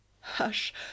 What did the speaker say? Hush